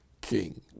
king